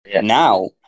Now